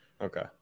Okay